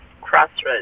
crossroads